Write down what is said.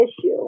issue